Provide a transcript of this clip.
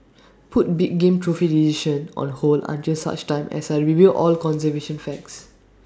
put big game trophy decision on hold until such time as I review all conservation facts